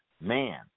man